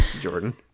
Jordan